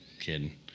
kidding